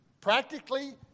practically